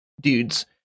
dudes